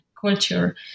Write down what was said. culture